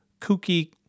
kooky